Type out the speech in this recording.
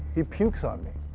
he pukes on me.